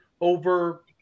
over –